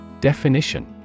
Definition